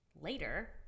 later